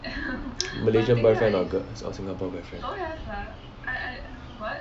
malaysian boyfriend or singapore boyfriend